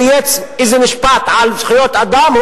צייץ משפט על זכויות אדם,